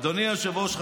אדוני היושב-ראש,